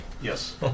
Yes